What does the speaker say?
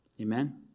Amen